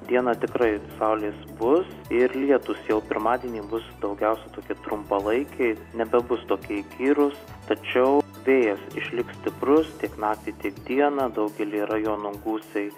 dieną tikrai saulės bus ir lietūs jau pirmadienį bus daugiausiai tokie trumpalaikiai nebebus tokie įkyrūs tačiau vėjas išliks stiprus tiek naktį tiek dieną daugelyje rajonų gūsiai